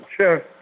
sure